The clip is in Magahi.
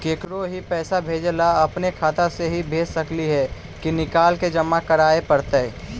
केकरो ही पैसा भेजे ल अपने खाता से ही भेज सकली हे की निकाल के जमा कराए पड़तइ?